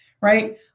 right